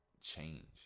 change